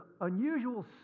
unusual